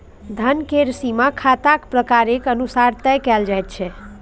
धन केर सीमा खाताक प्रकारेक अनुसार तय कएल जाइत छै